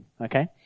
okay